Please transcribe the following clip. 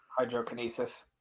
Hydrokinesis